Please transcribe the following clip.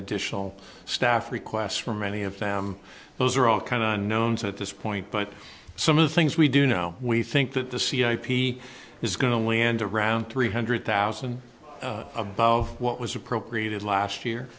additional staff request for many of them those are all kind of unknowns at this point but some of the things we do know we think that the c i p is going to only end around three hundred thousand above what was appropriated last year